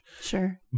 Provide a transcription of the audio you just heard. Sure